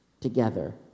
together